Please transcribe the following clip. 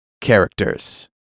characters